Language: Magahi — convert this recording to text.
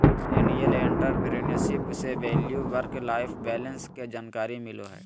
मिलेनियल एंटरप्रेन्योरशिप से वैल्यू वर्क लाइफ बैलेंस के जानकारी मिलो हय